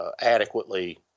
adequately